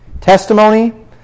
Testimony